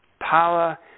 Power